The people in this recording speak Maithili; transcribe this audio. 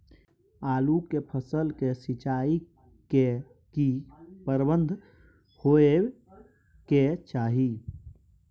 आलू के फसल के सिंचाई के की प्रबंध होबय के चाही?